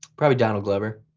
probably donald glover.